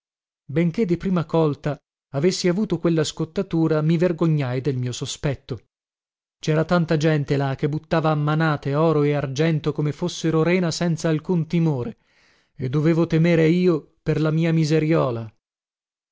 benché di prima colta avessi avuto quella scottatura mi vergognai del mio sospetto cera tanta gente là che buttava a manate oro e argento come fossero rena senza alcun timore e dovevo temere io per la mia miseriola